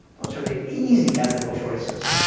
those are the easy ethical choices.